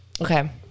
Okay